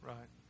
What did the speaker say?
Right